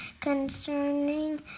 concerning